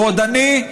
"הוא רודני,